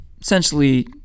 essentially